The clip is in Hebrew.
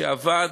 שעבד,